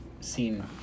seen